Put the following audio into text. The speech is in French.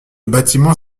bâtiment